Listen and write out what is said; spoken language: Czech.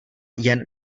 jen